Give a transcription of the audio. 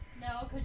No